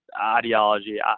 ideology